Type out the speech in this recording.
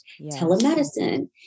telemedicine